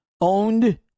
owned